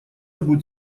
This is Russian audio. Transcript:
будет